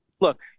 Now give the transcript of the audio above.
look